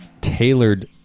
tailored